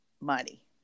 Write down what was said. money